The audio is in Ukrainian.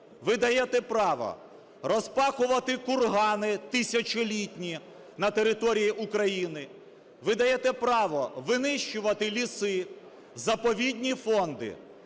ви даєте право розпахувати кургани тисячолітні на території України, ви даєте право винищувати ліси, заповідні фонди.